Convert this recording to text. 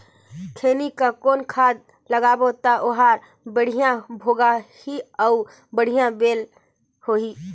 खैनी मा कौन खाद लगाबो ता ओहार बेडिया भोगही अउ बढ़िया बैल होही?